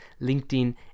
LinkedIn